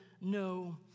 no